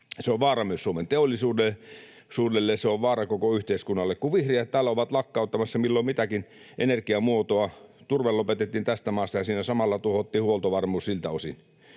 Se on vaara myös Suomen teollisuudelle, se on vaara koko yhteiskunnalle, kun vihreät täällä ovat lakkauttamassa milloin mitäkin energiamuotoa. Turve lopetettiin tästä maasta, ja siinä samalla tuhottiin huoltovarmuus siltä osin.